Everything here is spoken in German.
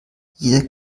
jeder